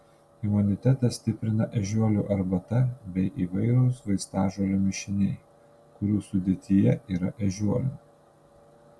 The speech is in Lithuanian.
imunitetą stiprina ežiuolių arbata bei įvairūs vaistažolių mišiniai kurių sudėtyje yra ežiuolių